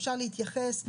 אפשר להתייחס.